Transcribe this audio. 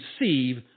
receive